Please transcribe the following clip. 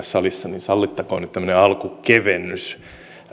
salissa niin sallittakoon tämmöinen alkukevennys